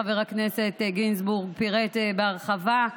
חבר הכנסת גינזבורג פירט בהרחבה: